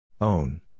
Own